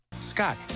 Scott